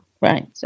right